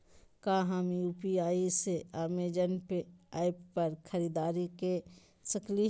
का हम यू.पी.आई से अमेजन ऐप पर खरीदारी के सकली हई?